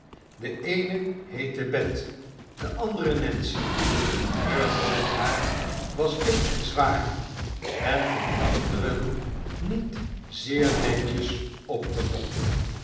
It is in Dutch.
de ééne heette bet de andere nancy heur hoofdhaar was dik en zwaar en van achteren niet zeer netjes